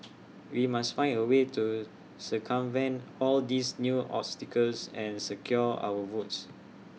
we must find A way to circumvent all these new obstacles and secure our votes